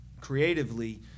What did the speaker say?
creatively